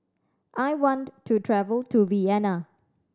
I want to travel to Vienna